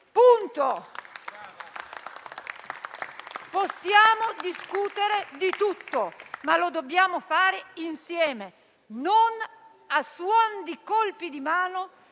Possiamo discutere di tutto, ma lo dobbiamo fare insieme, non a suon di colpi di mano,